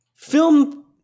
Film